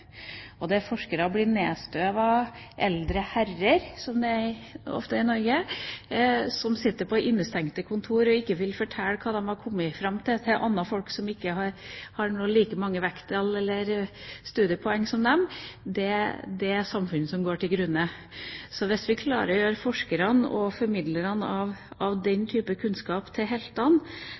forskere blir nedstøvete eldre herrer, som de ofte er i Norge, som sitter på innestengte kontorer og ikke vil fortelle hva de har kommet fram til, til folk som ikke har like mange vekttall eller studiepoeng som dem, får vi et samfunn som går til grunne. Hvis vi klarer å gjøre forskerne og formidlerne av den type kunnskap til